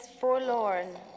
forlorn